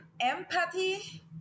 empathy